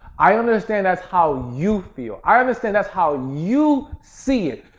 i understand that's how you feel, i understand that's how you see it.